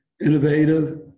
Innovative